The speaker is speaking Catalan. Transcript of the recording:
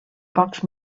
pocs